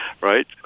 right